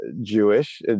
Jewish